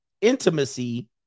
intimacy